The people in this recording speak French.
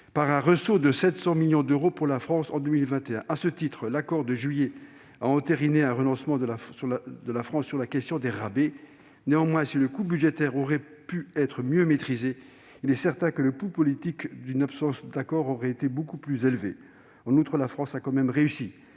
par un ressaut de 700 millions d'euros pour la France en 2021. À cet égard, l'accord de juillet a entériné un renoncement de la France sur la question des rabais. Si le coût budgétaire aurait pu être mieux maîtrisé, il est certain que le coût politique d'une absence d'accord aurait été beaucoup plus élevé. En outre, la France a tout de même réussi